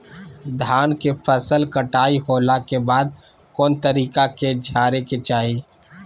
धान के फसल कटाई होला के बाद कौन तरीका से झारे के चाहि?